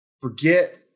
Forget